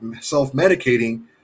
self-medicating